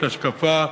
השקפה,